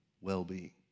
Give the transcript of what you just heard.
well-being